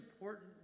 important